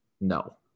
No